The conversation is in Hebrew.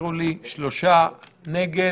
בעד ההסתייגות 3 נגד,